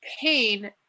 pain